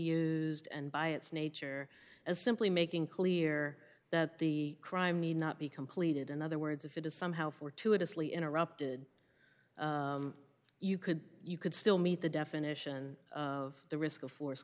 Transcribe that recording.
used and by its nature as simply making clear that the crime need not be completed in other words if it is somehow fortuitously interrupted you could you could still meet the definition of the risk of force